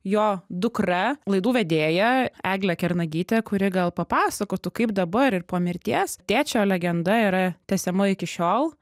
jo dukra laidų vedėja egle kernagyte kuri gal papasakotų kaip dabar ir po mirties tėčio legenda yra tęsiama iki šiol